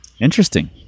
Interesting